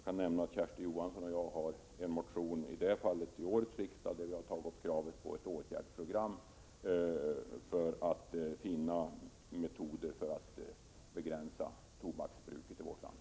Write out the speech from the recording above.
Kersti Johansson och jag har väckt en motion till årets riksdag med krav på ett åtgärdsprogram för att finna metoder för att begränsa tobaksbruket i vårt land.